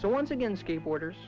so once again skateboarders